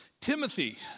Timothy